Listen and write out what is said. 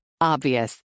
Obvious